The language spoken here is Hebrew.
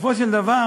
בסופו של דבר,